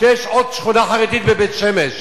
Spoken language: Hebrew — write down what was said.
שיש עוד שכונה חרדית בבית-שמש.